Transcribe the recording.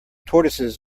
tortoises